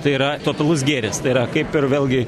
tai yra totalus gėris tai yra kaip ir vėlgi